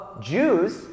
Jews